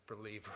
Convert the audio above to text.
believer